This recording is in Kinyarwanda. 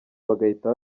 bagahita